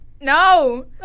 no